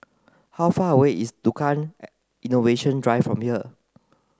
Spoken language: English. how far away is Tukang Innovation Drive from here